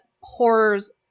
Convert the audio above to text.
horrors